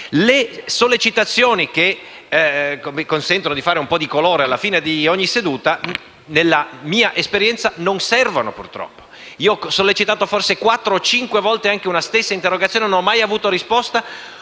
Le sollecitazioni che consentono di fare un po' di colore alla fine di ogni seduta, nella mia esperienza non servono, purtroppo. Ho sollecitato forse quattro o cinque volte una stessa interrogazione, ma non ho mai avuto risposta,